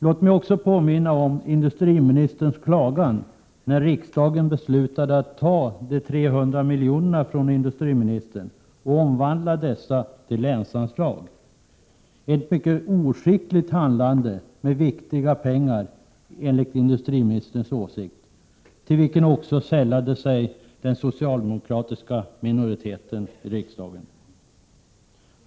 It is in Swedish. Låt mig också påminna om industriministerns klagan när riksdagen beslutade att ta de 300 miljonerna från industriministern och omvandla dessa till länsanslag. Ett mycket oskickligt handlande med viktiga pengar, enligt industriministerns åsikt, till vilken också sällade sig den socialdemokratiska minoriteten i riksdagen.